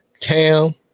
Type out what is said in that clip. Cam